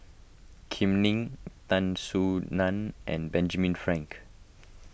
Kam Ning Tan Soo Nan and Benjamin Frank